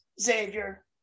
Xavier